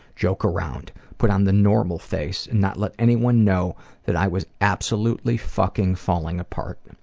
joke around, put on the normal face, and not let anyone know that i was absolutely fucking falling apart. and